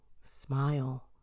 smile